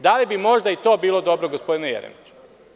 Da li bi možda i to bilo dobro, gospodine Jeremiću?